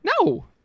No